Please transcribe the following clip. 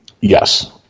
Yes